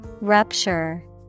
Rupture